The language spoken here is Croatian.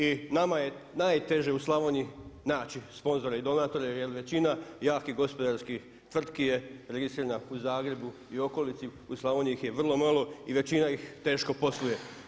I nama je najteže u Slavoniji naći sponzore i donatore jer većina jakih gospodarskih tvrtki je registrirana u Zagrebu i okolici, u Slavoniji ih je vrlo malo i većina ih teško posluje.